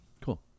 Cool